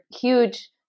huge